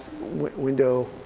window